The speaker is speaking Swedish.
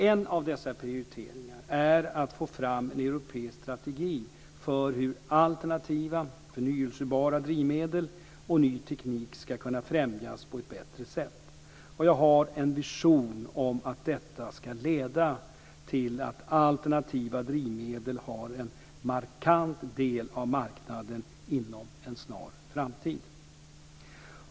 En av dessa prioriteringar är att få fram en europeisk strategi för hur alternativa och förnybara drivmedel och ny teknik ska kunna främjas på ett bättre sätt. Jag har en vision om att detta ska leda till att alternativa drivmedel har en markant del av marknaden inom en snar framtid.